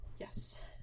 Yes